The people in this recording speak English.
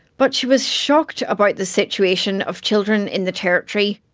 but she was shocked about the situation of children in the territory.